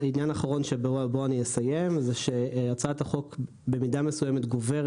עניין אחרון ובו אסיים: הצעת החוק במידה מסוימת גוברת